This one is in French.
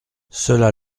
cela